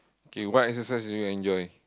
okay what exercise do you enjoy